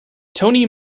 tony